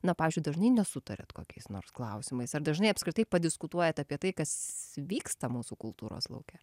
na pavyzdžiui dažnai nesutariat kokiais nors klausimais ar dažnai apskritai padiskutuojat apie tai kas vyksta mūsų kultūros lauke